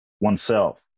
oneself